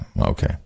Okay